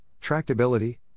tractability